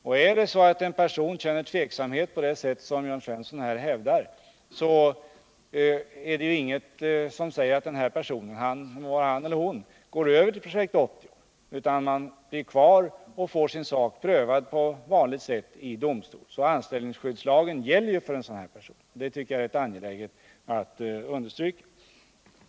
Om en person känner tveksamhet på det sätt som Jörn Svensson här hävdar, är det ingenting som säger att denne person — det må vara han eller hon — skall gå över till Projekt 80, utan vederbörande kan bli kvar och få sin sak prövad på vanligt sätt vid domstol. Anställningsskyddslagen gäller alltså för en sådan person. Det tycker jag är angeläget att understryka.